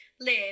live